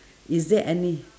is there any